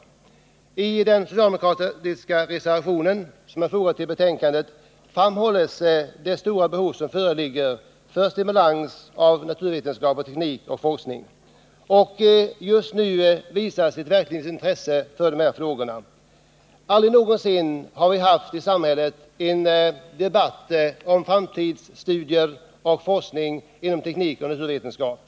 41 I den socialdemokratiska reservation som fogats vid betänkandet framhålls det stora behovet av stimulans av naturvetenskap, teknik och forskning. Just nu visas ett verkligt intresse för dessa frågor. Aldrig någonsin har vi haft en debatt om framtidsstudier och forskning inom teknik och naturvetenskap.